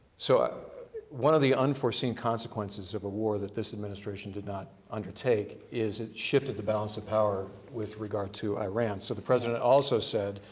so one of the unforeseen consequences of a war that this administration did not undertake is it shifted the balance of power with regard to iran. so the president also said,